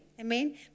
Amen